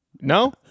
No